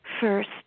first